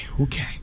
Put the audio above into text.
Okay